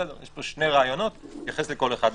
בסדר, יש פה שני רעיונות, נתייחס לכל אחד בנפרד.